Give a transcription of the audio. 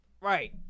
Right